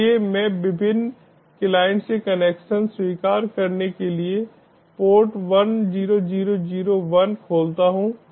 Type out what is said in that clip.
इसलिए मैं विभिन्न क्लाइंट से कनेक्शन स्वीकार करने के लिए पोर्ट 10001 खोलता हूं